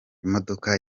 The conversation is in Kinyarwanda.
imodoka